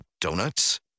donuts